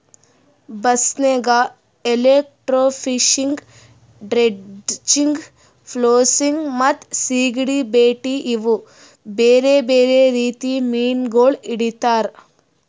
ಬಸ್ನಿಗ್, electrofishing, dredging, ಫ್ಲೋಸಿಂಗ್ ಮತ್ತ ಸೀಗಡಿ ಬೇಟೆ ಇವು ಬೇರೆ ಬೇರೆ ರೀತಿ ಮೀನಾಗೊಳ್ ಹಿಡಿತಾರ್